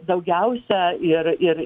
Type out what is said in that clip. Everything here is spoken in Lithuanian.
daugiausia ir ir